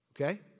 Okay